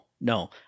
No